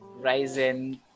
ryzen